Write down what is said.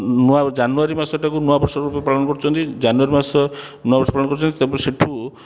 ନୂଆ ଜାନୁଆରୀ ମାସଟାକୁ ନୂଆବର୍ଷ ରୂପେ ପାଳନ କରୁଛନ୍ତି ଜାନୁଆରୀ ମାସ ନୂଆ ବର୍ଷ ପାଳନ କରୁଛନ୍ତି ତାପରେ ସେଇଠୁ